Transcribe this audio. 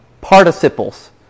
participles